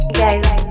guys